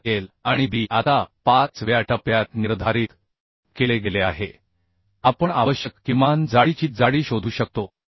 तर L आणि B आता 5 व्या टप्प्यात निर्धारित केले गेले आहे आपण आवश्यक किमान जाडीची जाडी शोधू शकतो